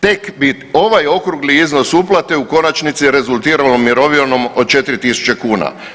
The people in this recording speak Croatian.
Tek bi ovaj okrugli iznos uplate u konačnici rezultirao mirovinom od 4.000 kuna.